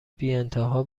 بیانتها